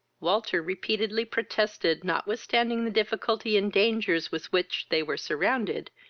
walter repeatedly protested, notwithstanding the difficulty and dangers with which they were surrounded,